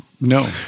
no